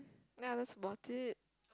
ya that's about it